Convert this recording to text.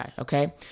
okay